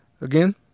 again